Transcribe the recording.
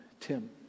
Tim